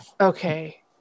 Okay